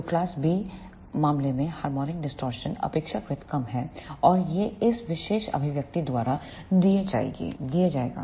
तो class B मामले में हार्मोनिक डिस्टॉर्शन अपेक्षाकृत कम होगा और यह इस विशेष अभिव्यक्ति द्वारा दिया जाएगा